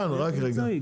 דן רק רגע,